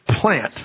plant